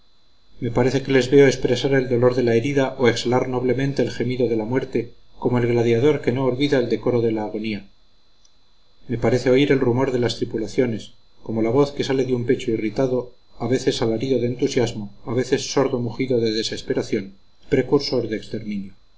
me parece que les veo expresar el dolor de la herida o exhalar noblemente el gemido de la muerte como el gladiador que no olvida el decoro de la agonía me parece oír el rumor de las tripulaciones como la voz que sale de un pecho irritado a veces alarido de entusiasmo a veces sordo mugido de desesperación precursor de exterminio